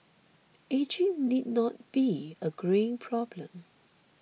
ageing need not be a greying problem